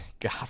God